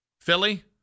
Philly